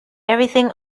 everything